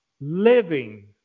living